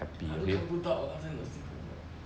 她看不到她在 the sea counter